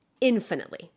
Infinitely